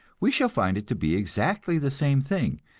we shall find it to be exactly the same thing,